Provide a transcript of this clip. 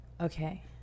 Okay